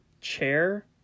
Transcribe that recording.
chair